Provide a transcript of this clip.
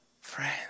friends